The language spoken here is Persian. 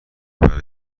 برای